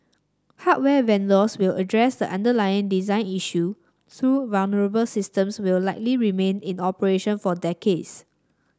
hardware vendors will address the underlying design issue though vulnerable systems will likely remain in operation for decades